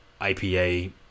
IPA